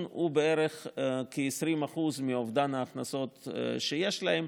הוא בערך 20% מאובדן ההכנסות שיש להן,